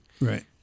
Right